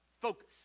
focus